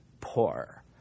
poor